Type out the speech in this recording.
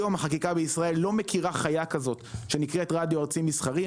היום החקיקה בישראל לא מכירה חיה כזאת שנקראת רדיו ארצי מסחרי.